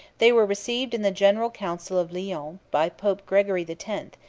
they were received in the general council of lyons, by pope gregory the tenth,